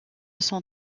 sont